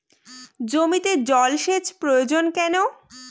জমিতে জল সেচ প্রয়োজন কেন?